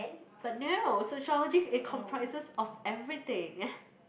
but no sociology it comprises of everything